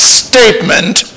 statement